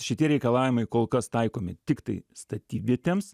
šitie reikalavimai kol kas taikomi tiktai statybvietėms